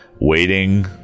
waiting